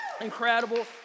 Incredible